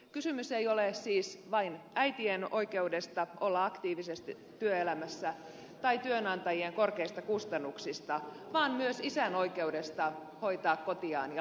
kysymys ei ole siis vain äitien oikeudesta olla aktiivisesti työelämässä tai työnantajien korkeista kustannuksista vaan myös isän oikeudesta hoitaa kotiaan ja lapsiaan